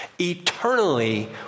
eternally